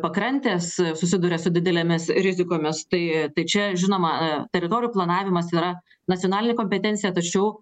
pakrantės susiduria su didelėmis rizikomis tai čia žinoma a teritorijų planavimas yra nacionalinė kompetencija tačiau